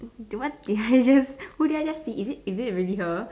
do what did I just do who did I just see is it really her